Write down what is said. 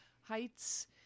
Heights